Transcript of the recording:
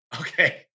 Okay